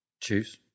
choose